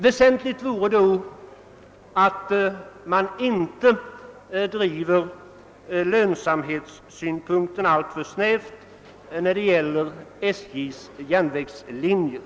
Väsentligt vore då att man inte drev lönsamhetssynpunkten alltför snävt när det gäller SJ:s järnvägslinjer.